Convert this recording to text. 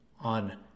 on